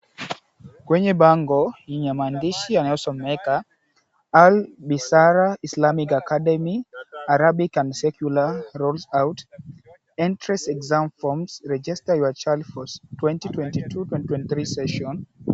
Kwenye bango yenye maandishi yanayosomeka, Al-Baseerah Islamic Academy. Arabic & Secular Rolls Out Entrance Exam Forms. Register Your Child For 2022/2023 Session.